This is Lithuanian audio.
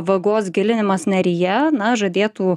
vagos gilinimas neryje na žadėtų